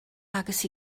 agos